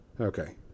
Okay